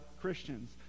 christians